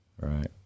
Right